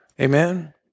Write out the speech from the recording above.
Amen